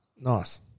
Nice